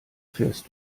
fährst